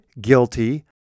guilty